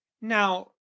now